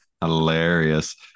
Hilarious